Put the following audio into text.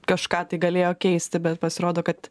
kažką tai galėjo keisti bet pasirodo kad